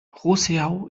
roseau